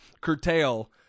curtail